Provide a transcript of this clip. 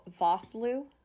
Vosloo